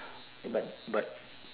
but but